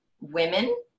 women